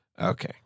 Okay